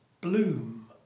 bloom